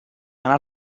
anar